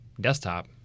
desktop